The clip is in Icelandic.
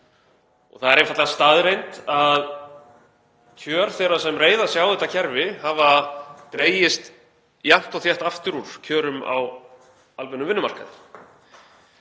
og það er einfaldlega staðreynd að kjör þeirra sem reiða sig á þetta kerfi hafa dregist jafnt og þétt aftur úr kjörum á almennum vinnumarkaði.